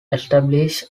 establish